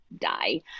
die